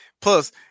Plus